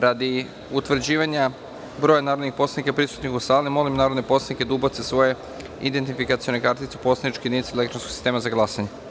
Radi utvrđivanja broja narodnih poslanika prisutnih u sali, molim narodne poslanike da ubace svoje identifikacione kartice u poslaničke jedinice elektronskog sistema za glasanje.